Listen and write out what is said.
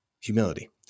Humility